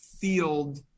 field